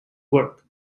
work